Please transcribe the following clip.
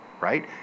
right